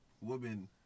women